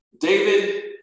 David